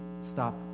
stop